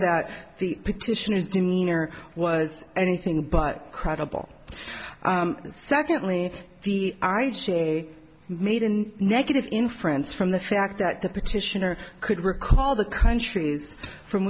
that the petitioners demeanor was anything but credible and secondly the eyes she made in negative inference from the fact that the petitioner could recall the countries from